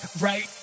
right